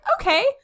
okay